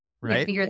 Right